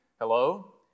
hello